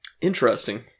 Interesting